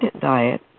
diet